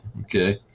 okay